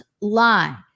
lie